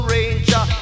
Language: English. Ranger